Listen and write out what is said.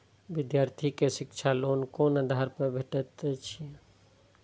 विधार्थी के शिक्षा लोन कोन आधार पर भेटेत अछि?